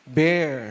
bear